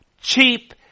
cheap